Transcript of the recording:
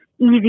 easy